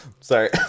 Sorry